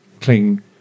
cling